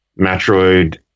Metroid